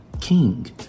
King